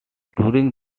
during